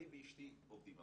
אני ואשתי עובדים,